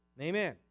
Amen